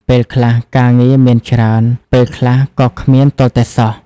ពេលខ្លះ ការងារមានច្រើន ពេលខ្លះក៏គ្មានទាល់តែសោះ។